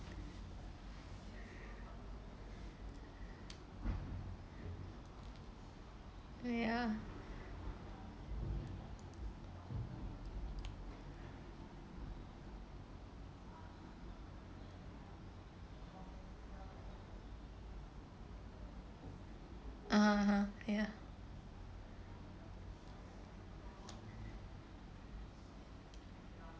oh ya mmhmm mmhmm ya